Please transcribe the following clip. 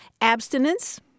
abstinence